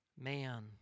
man